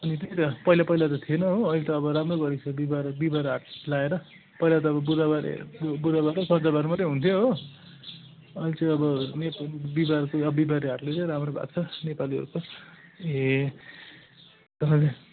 अनि त्यही त पहिला पहिला त थिएन हो अहिले त राम्रो गरेको छ नि बिहिबारे बिहिबार हाट लाएर पहिला त बुधबारे बुधबार र सन्चबार मात्रै हुन्थ्यो हो अहिले चाहिँ अब बिहिबार बिहिबारे हाटले चाहिँ राम्रो भएको छ नेपालीहरूको ए हजुर